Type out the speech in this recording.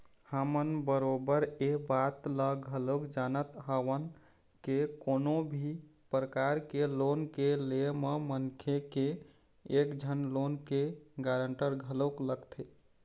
हमन बरोबर ऐ बात ल घलोक जानत हवन के कोनो भी परकार के लोन के ले म मनखे के एक झन लोन के गारंटर घलोक लगथे